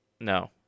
No